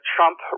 Trump